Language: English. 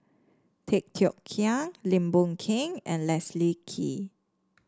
Tay Teow Kiat Lim Boon Keng and Leslie Kee